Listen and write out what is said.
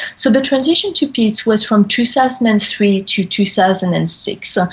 so the transition to peace was from two thousand and three to two thousand and six. ah